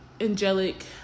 angelic